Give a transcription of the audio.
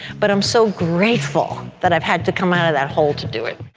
but i'm so grateful that i've had to come out of that hole to do it.